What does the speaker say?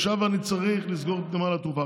עכשיו אני צריך לסגור את נמל התעופה,